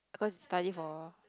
cause study for